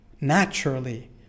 naturally